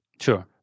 Sure